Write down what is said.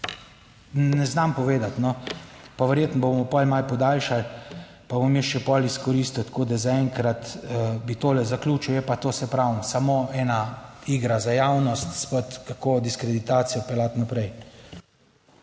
ne znam povedati. No, pa verjetno bomo pol malo podaljšali, pa bom jaz še pol izkoristil, tako da zaenkrat bi tole zaključil. Je pa to, saj pravim, samo ena igra za javnost spet, kako diskreditacijo peljati naprej.